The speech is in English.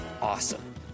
Awesome